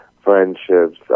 friendships